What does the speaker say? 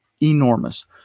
enormous